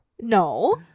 No